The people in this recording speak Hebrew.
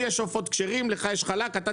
לי יש עופות כשרים ולך יש חלק אתה